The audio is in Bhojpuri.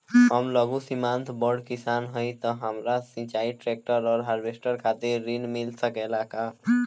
हम लघु सीमांत बड़ किसान हईं त हमरा सिंचाई ट्रेक्टर और हार्वेस्टर खातिर ऋण मिल सकेला का?